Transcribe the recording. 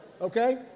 Okay